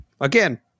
again